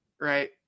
right